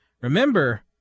remember